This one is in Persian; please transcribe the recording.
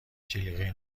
جلیقه